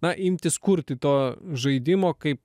na imtis kurti to žaidimo kaip